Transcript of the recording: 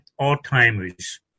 Alzheimer's